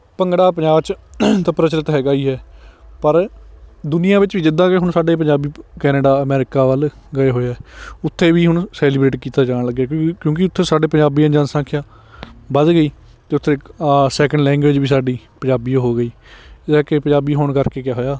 ਭੰਗੜਾ ਪੰਜਾਬ 'ਚ ਤਾਂ ਪ੍ਰਚਲਿਤ ਹੈਗਾ ਹੀ ਹੈ ਪਰ ਦੁਨੀਆ ਵਿੱਚ ਵੀ ਜਿੱਦਾਂ ਕਿ ਹੁਣ ਸਾਡੇ ਪੰਜਾਬੀ ਕੈਨੇਡਾ ਅਮਰੀਕਾ ਵੱਲ ਗਏ ਹੋਏ ਹੈ ਉੱਥੇ ਵੀ ਹੁਣ ਸੈੱਲੀਬ੍ਰੈਟ ਕੀਤਾ ਜਾਣ ਲੱਗਿਆ ਕਿਉਂਕਿ ਕਿਉਂਕਿ ਉੱਥੇ ਸਾਡੇ ਪੰਜਾਬੀਆਂ ਦੀ ਜਨਸੰਖਿਆ ਵੱਧ ਗਈ ਅਤੇ ਉੱਥੇ ਇੱਕ ਆਹ ਸੈਕੰਡ ਲੈਂਗੂਏਜ਼ ਵੀ ਸਾਡੀ ਪੰਜਾਬੀ ਓ ਹੋ ਗਈ ਇਹ ਹੈ ਕਿ ਪੰਜਾਬੀ ਹੋਣ ਕਰਕੇ ਕਿਆ ਹੋਇਆ